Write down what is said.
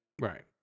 Right